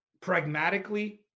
pragmatically